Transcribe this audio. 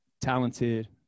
talented